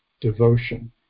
devotion